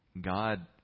God